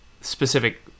specific